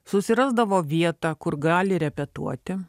susirasdavo vietą kur gali repetuoti